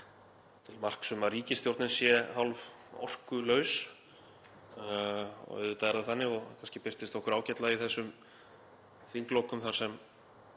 til marks um að ríkisstjórnin væri hálf orkulaus. Auðvitað er það þannig og kannski birtist það okkur ágætlega í þessum þinglokum þar sem